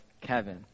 Kevin